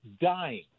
dying